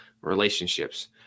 relationships